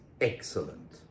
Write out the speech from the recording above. excellent